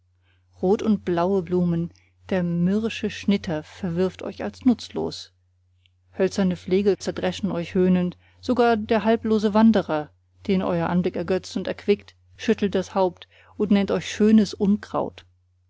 rot und blaue blumen der mürrische schnitter verwirft euch als nutzlos hölzerne flegel zerdreschen euch höhnend sogar der hablose wanderer den eur anblick ergötzt und erquickt schüttelt das haupt und nennt euch schönes unkraut